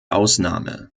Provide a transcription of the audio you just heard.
ausnahme